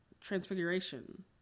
Transfiguration